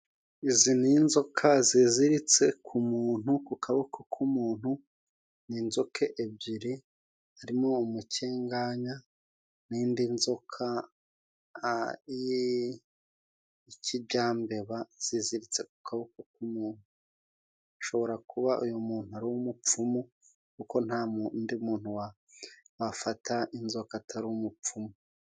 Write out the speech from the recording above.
Izi ni inzoka ziziritse ku muntu, ku kaboko k'umuntu, n'inzoka ebyiri, harimo umukenganya, n'indi nzoka y'ikiryambeba, ziziritse ku kaboko k'umuntu, ashobora kuba uyu muntu ari umupfumu, kuko ntawundi muntu wafata inzoka atari umupfumu.